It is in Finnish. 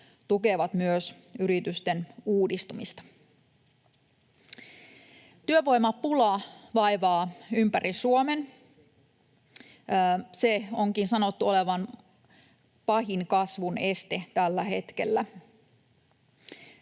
tukevat myös yritysten uudistumista. Työvoimapula vaivaa ympäri Suomen. Sen onkin sanottu olevan pahin kasvun este tällä hetkellä.